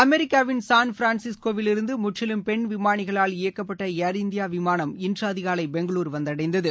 அமெரிக்காவின் சான்பிரான்ஸிஸ்கோவிலிருந்து முற்றிலும் பெண் விமானிகளால் இயக்கப்பட்ட ஏர் இந்தியா விமானம் இன்று அதிகாலை பெங்களுர் வந்தடைந்தது